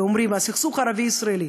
ואומרים: הסכסוך הערבי ישראלי.